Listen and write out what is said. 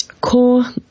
core